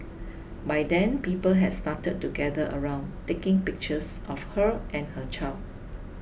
by then people had started to gather around taking pictures of her and her child